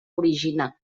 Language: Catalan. origine